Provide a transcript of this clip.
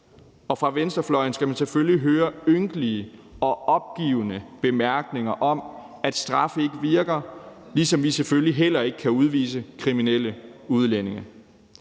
og fra venstrefløjen skal man selvfølgelig høre ynkelige og opgivende bemærkninger om, at straf ikke virker, ligesom vi selvfølgelig heller ikke kan udvise kriminelle udlændinge.